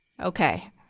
okay